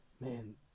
Man